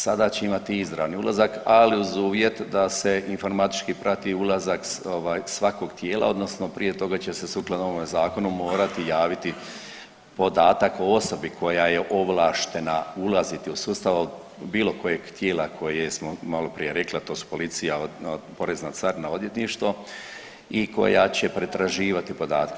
Sada će imati izravan ulazak ali uz uvjet da se informatički prati ulazak ovaj svakog tijela odnosno prije toga će se sukladno ovom zakonu morati javiti podatak o osobi koja je ovlaštena ulaziti u sustav od bilo kojeg tijela koje smo maloprije rekli, a to su policija, porezna, carina, odvjetništvo i koja će pretraživati podatke.